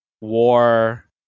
war